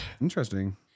Interesting